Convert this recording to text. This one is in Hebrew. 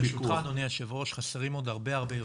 ברשותך אדוני היו"ר חסרים עוד הרבה הרבה יותר.